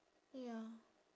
ya